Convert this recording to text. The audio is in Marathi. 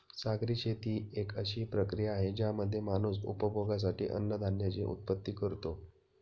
सागरी शेती एक अशी प्रक्रिया आहे ज्यामध्ये माणूस उपभोगासाठी अन्नधान्याची उत्पत्ति करतो